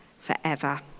forever